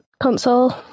console